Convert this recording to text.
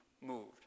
moved